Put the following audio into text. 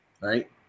right